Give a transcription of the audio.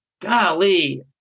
golly